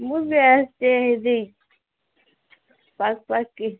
ମୁଁ ବେଷ୍ଟ ହେବି ପାପା କି